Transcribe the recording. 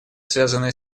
связанные